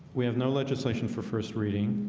we have no legislation for first reading